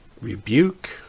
rebuke